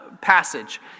passage